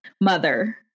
mother